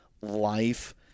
life